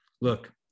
look